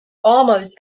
almost